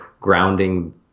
grounding